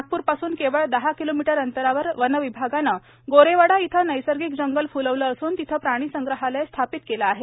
नागपूरपासून केवळ दहा किलोमीटर अंतरावर वनविभागाने गोरेवाडा येथे नैसर्गिक जंगल फ्लवले असून येथे प्राणीसंग्रहालय स्थापित केले आहे